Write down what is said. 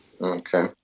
Okay